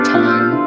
time